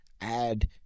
add